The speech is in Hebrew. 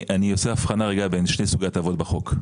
אני עושה אבחנה רגע בין שני סוגי ההטבות בחוק,